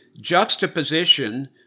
juxtaposition